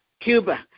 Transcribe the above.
Cuba